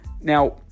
Now